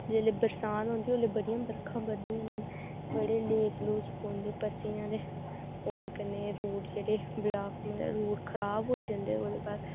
जेल्लै बरसांत होंदी ओह्ले बड़ियां बरखा बरदियां बड़े लेस लूस पोंदे पस्सियां ओह्दे कन्नै रोड़ जेह्ड़े बलाक रोड़ खराब होइ जंदे पर